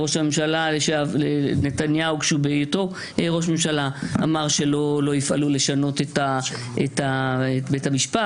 ראש הממשלה נתניהו בהיותו ראש ממשלה אמר שלא יפעלו לשנות את בית המשפט,